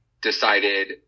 decided